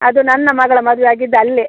ಅದು ನನ್ನ ಮಗಳ ಮದುವೆ ಆಗಿದ್ದು ಅಲ್ಲೇ